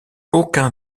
aucun